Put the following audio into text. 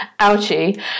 ouchie